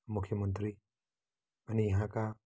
मुख्यमन्त्री अनि यहाँका